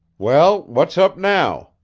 well, what's up now?